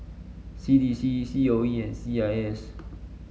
C D C C O E and C I S